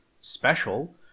special